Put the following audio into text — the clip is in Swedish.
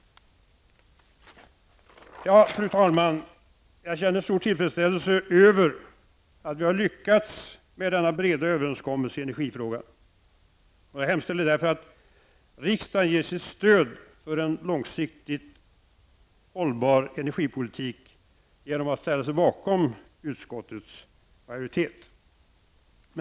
Jag känner stor tillfredsställse över att vi har lyckats med denna breda överenskommelse i energifrågan. Jag hemställer därför att riksdagen ger sitt stöd för en långsiktigt hållbar energipolitik genom att ställa sig bakom utskottets majoritet.